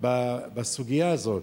בסוגיה הזאת.